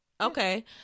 Okay